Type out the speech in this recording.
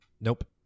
Nope